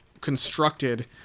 constructed